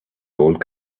gold